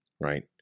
right